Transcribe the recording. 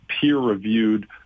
peer-reviewed